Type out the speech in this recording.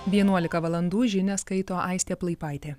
vienuolika valandų žinias skaito aistė plaipaitė